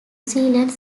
zealand